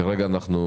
תודה רבה.